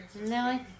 No